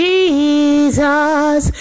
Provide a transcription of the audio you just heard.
Jesus